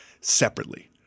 separately